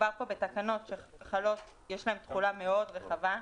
מדובר פה בתקנות שיש להן תחולה מאוד רחבה.